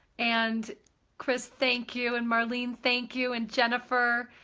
and chris, thank you. and marlene, thank you. and jennifer,